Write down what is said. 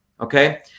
okay